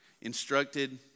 Instructed